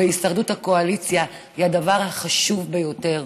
והישרדות הקואליציה היא הדבר החשוב ביותר.